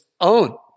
own